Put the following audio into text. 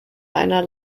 einer